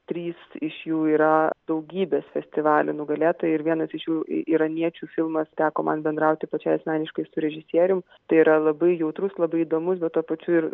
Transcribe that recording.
trys iš jų yra daugybės festivalių nugalėtojai ir vienas iš jų iraniečių filmas teko man bendrauti pačiai asmeniškai su režisierium tai yra labai jautrus labai įdomus bet tuo pačiu ir